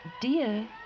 dear